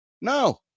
No